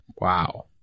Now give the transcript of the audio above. Wow